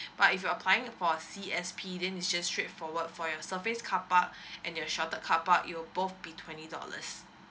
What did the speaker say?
but if you're applying for C_S_P then you just straightforward for your service car park and your short term car park it will both be twenty dollars